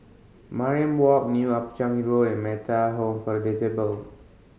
Mariam Walk New Upper Changi Road and Metta Home for the Disabled